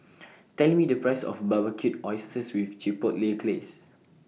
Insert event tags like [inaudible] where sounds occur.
[noise] Tell Me The Price of Barbecued Oysters with Chipotle Glaze